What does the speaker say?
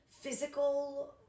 physical